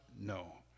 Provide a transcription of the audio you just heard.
No